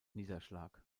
niederschlag